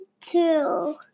two